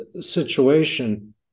situation